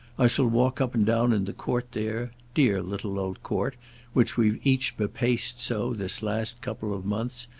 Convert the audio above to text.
i shall walk up and down in the court there dear little old court which we've each bepaced so, this last couple of months,